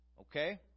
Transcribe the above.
Okay